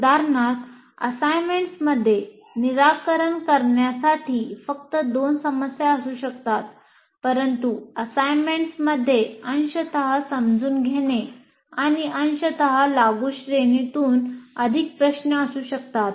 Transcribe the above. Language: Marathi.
उदाहरणार्थ असाईनमेंटमध्ये निराकरण करण्यासाठी फक्त 2 समस्या असू शकतात परंतु असाइनमेंटमध्ये अंशतः समजून घेणे आणि अंशतः लागू श्रेणीतून अधिक प्रश्न असू शकतात